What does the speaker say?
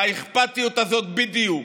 והאכפתיות הזאת בדיוק,